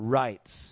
rights